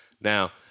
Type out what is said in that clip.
Now